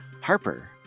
Harper